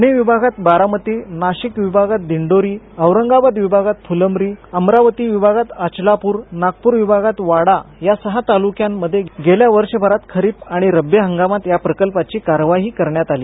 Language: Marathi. पुणे विभागात बारामती नाशिक विभागात दिंडोरी औरंगाबाद विभागात फुलंब्री अमरावती विभागात अचलापूर नागपूर विभागात वाडा या सहा तालुक्यांमध्ये गेल्या वर्षभरात खरीप आणि रब्बी हंगामात या प्रकल्पाची कार्यवाही करण्यात आली